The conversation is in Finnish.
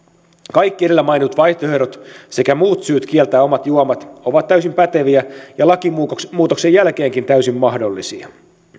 kaikki edellä mainitut vaihtoehdot sekä muut syyt kieltää omat juomat ovat täysin päteviä ja lakimuutoksen jälkeenkin täysin mahdollisia